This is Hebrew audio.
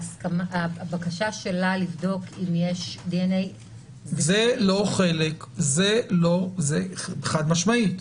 הבקשה שלה לבדוק אם יש דנ"א ---- זה לא חלק באופן חד-משמעית.